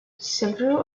several